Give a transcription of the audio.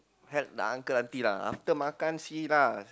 help the uncle auntie lah after makan see lah